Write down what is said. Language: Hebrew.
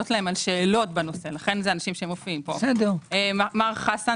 לענות להם על שאלות בנושא לכן הם מופיעים פה - מר חסן